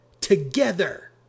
Together